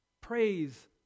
Praise